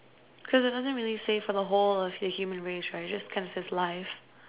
because it doesn't really say for the whole of the human race right it just kind of says life